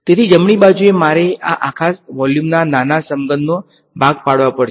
તેથી જમણી બાજુએ મારે આ આખા વોલ્યુમના નાના સમઘનનું ભાગ પાડવા પડશે